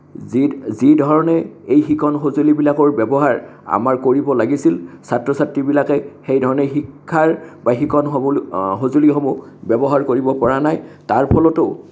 যি যিধৰণে এই শিকন সঁজুলিবিলাকৰ ব্যৱহাৰ আমাৰ কৰিব লাগিছিল ছাত্ৰ ছাত্ৰীবিলাকে সেইধৰণে শিক্ষাৰ বা শিকন সবু সঁজুলিসমূহ ব্যৱহাৰ কৰিব পৰা নাই তাৰ ফলতো